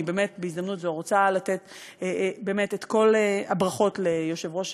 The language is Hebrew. בהזדמנות זו אני רוצה לתת את כל הברכות ליושב-ראש